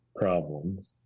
problems